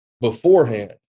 beforehand